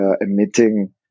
emitting